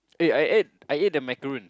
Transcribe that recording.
eh I ate I ate the macaroon